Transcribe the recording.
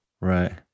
Right